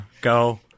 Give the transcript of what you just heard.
Go